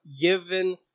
given